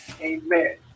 Amen